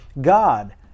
God